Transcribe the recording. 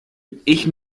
ich